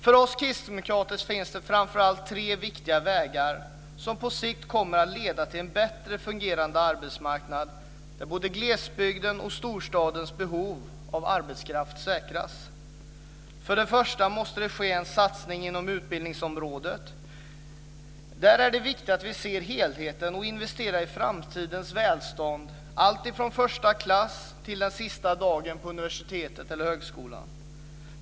För oss kristdemokrater finns det framför allt tre viktiga vägar som på sikt kommer att leda till en bättre fungerande arbetsmarknad, där både glesbygdens och storstadens behov av arbetskraft säkras. För det första måste det ske en satsning inom utbildningsområdet. Där är det viktigt att vi ser helheten och investerar i framtidens välstånd alltifrån första klass till den sista dagen på universitetet eller högskolan.